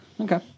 Okay